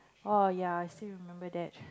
oh ya I still remember that